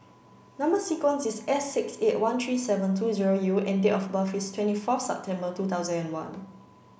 number sequence is S six eight one three seven two zero U and date of birth is twenty first September two thousand and one